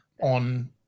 on